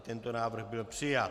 Tento návrh byl přijat.